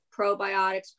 probiotics